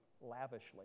lavishly